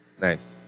Nice